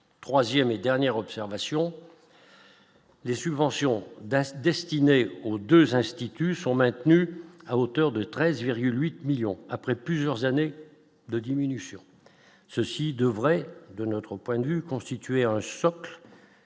3ème et dernière observation. Les subventions Dallas destinée aux 2 institutions maintenu à hauteur de 13,8 millions après plusieurs années de diminution, ceci devrait, de notre point de vue constituer un choc.